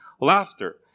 laughter